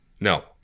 No